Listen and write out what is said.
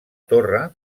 torre